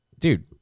Dude